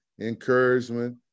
encouragement